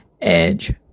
Edge